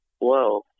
whoa